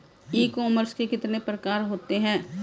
ई commerce के कितने प्रकार होते हैं?